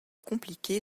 compliqué